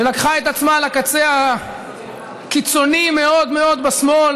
שלקחה את עצמה לקצה הקיצוני מאוד מאוד בשמאל